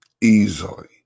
Easily